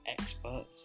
experts